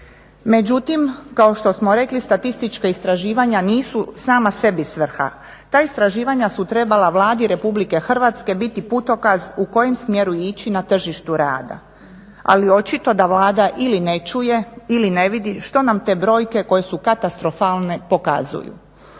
Međutim, kao što smo rekli, statistička istraživanja nisu sama sebi svrha. Ta istraživanja su trebala Vladi RH biti putokaz u kojem smjeru ići na tržištu rada ali očito da Vlada ili ne čuje ili ne vidi što nam te brojke koje su katastrofalne pokazuju.